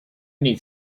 need